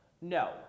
no